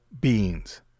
beings